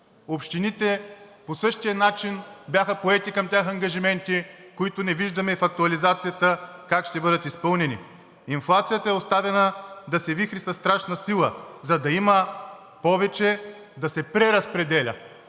общините по същия начин бяха поети ангажименти, които не виждаме в актуализацията как ще бъдат изпълнени. Инфлацията е оставена да се вихри със страшна сила, за да има повече да се преразпределя.